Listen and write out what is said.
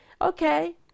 okay